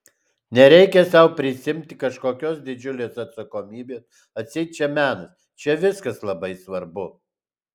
nereikia sau prisiimti kažkokios didžiulės atsakomybės atseit čia menas čia viskas labai svarbu